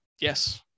Yes